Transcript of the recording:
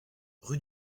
rue